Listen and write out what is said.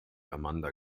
amanda